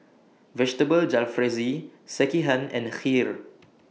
Vegetable Jalfrezi Sekihan and Kheer